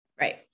Right